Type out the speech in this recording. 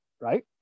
right